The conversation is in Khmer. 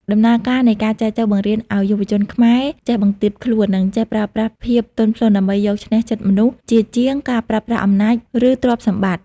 ដំណើរការនៃការចែចូវបង្រៀនឱ្យយុវជនខ្មែរចេះបន្ទាបខ្លួន និងចេះប្រើប្រាស់ភាពទន់ភ្លន់ដើម្បីយកឈ្នះចិត្តមនុស្ស ជាជាងការប្រើប្រាស់អំណាច ឬទ្រព្យសម្បត្តិ។